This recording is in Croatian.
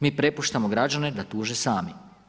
Mi prepuštamo građane da tuže sami.